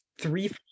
three